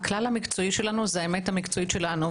הכלל המקצועי שלנו זה האמת המקצועית שלנו.